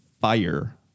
fire